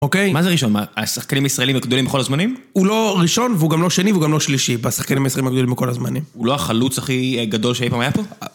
אוקיי, מה זה ראשון? השחקנים הישראלים הגדולים בכל הזמנים? הוא לא ראשון והוא גם לא שני והוא גם לא שלישי בשחקנים הישראלים הגדולים בכל הזמנים. הוא לא החלוץ הכי גדול שאי פעם היה פה?